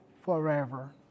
forever